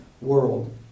world